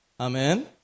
Amen